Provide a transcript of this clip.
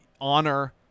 honor